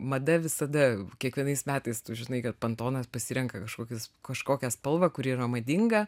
mada visada kiekvienais metais tu žinai kad pontonas pasirenka kažkokius kažkokią spalvą kuri yra madinga